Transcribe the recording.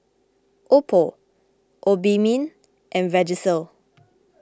Oppo Obimin and Vagisil